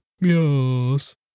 yes